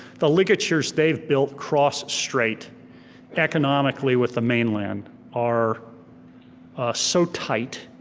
the ligatures they've built cross strait economically with the mainland are so tight.